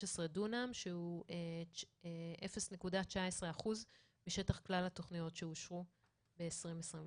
דונם שהוא 0.19% משטח כלל התכניות שאושרו ב-2021.